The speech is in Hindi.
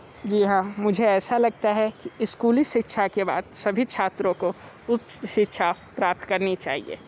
जी हाँ मुझे ऐसा लगता है कि स्कूली शिक्षा के बाद सभी छात्रों को उच्च शिक्षा प्राप्त करनी चाहिए